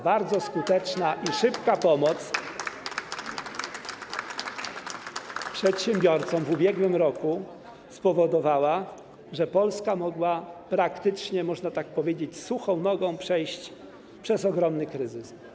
Bardzo skuteczna i szybka pomoc przedsiębiorcom w ubiegłym roku spowodowała, że Polska mogła praktycznie, można tak powiedzieć, suchą nogą przejść przez ogromny kryzys.